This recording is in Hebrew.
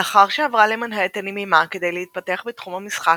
לאחר שעברה למנהטן עם אמה כדי להתפתח בתחום המשחק,